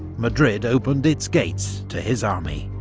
madrid opened its gates to his army.